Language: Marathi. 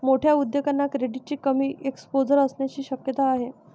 मोठ्या उद्योगांना क्रेडिटचे कमी एक्सपोजर असण्याची शक्यता आहे